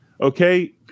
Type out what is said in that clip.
okay